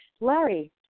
Larry